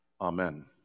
Amen